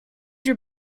your